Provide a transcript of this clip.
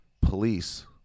police